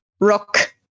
Rock